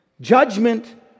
Judgment